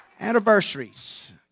Anniversaries